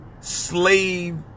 slave